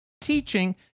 teaching